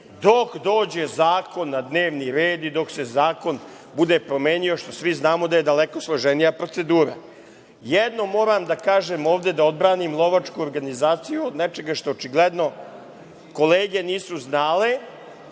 dok dođe zakon na dnevni red i dok se zakon bude promenio, što svi znamo da je daleko složenija procedura. Jedno moram da kažem ovde, da odbranim lovačku organizaciju od nečega što očigledno kolege nisu znale,